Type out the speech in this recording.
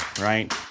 right